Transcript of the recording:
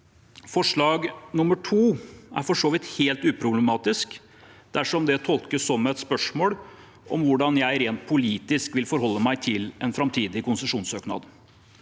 Forslag nr. 2 er for så vidt helt uproblematisk dersom det tolkes som et spørsmål om hvordan jeg rent politisk vil forholde meg til en framtidig konsesjonssøknad.